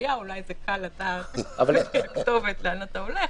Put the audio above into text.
בהלוויה אולי קל לדעת לפי הכתובת לאן אתה הולך.